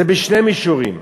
זה בשני מישורים.